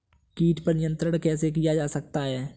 कीट पर नियंत्रण कैसे किया जा सकता है?